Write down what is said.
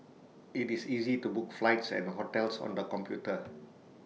IT is easy to book flights and hotels on the computer